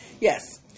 yes